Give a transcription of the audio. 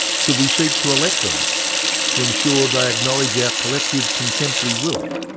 should we seek to elect them to ensure they acknowledge our collective, contemporary will?